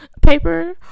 paper